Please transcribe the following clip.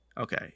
Okay